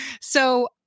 So-